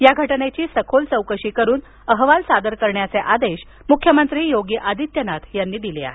या घटनेची सखोल चौकशी करून अहवाल सादर करण्याचे आदेश मुख्यमंत्री योगी आदित्यनाथ यांनी दिले आहेत